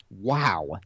wow